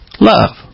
love